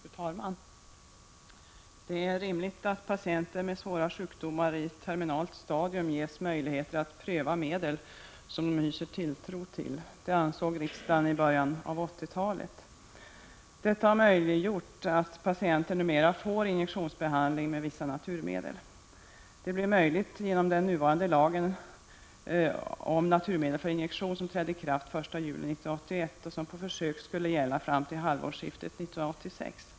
Fru talman! Det är rimligt att patienter med svåra sjukdomar i terminalt stadium ges möjlighet att pröva medel som de hyser tilltro till — det ansåg riksdagen i början av 1980-talet. Patienter kan numera få injektionsbehandling med vissa naturmedel. Detta blev möjligt genom den nuvarande lagen om naturmedel för injektion som trädde i kraft den 1 juli 1981 och som på försök skulle gälla fram till halvårsskiftet 1986.